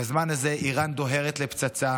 בזמן הזה איראן דוהרת לפצצה,